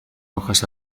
hojas